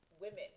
women